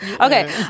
okay